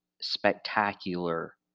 spectacular